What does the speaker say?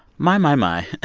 my, my, my.